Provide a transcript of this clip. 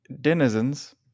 denizens